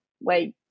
wait